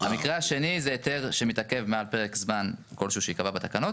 המקרה השני זה היתר שמתעכב מעל פרק זמן כלשהו שייקבע בתקנות